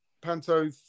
Panto